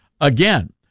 Again